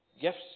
gifts